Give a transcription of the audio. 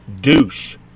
douche